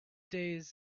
days